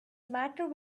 matter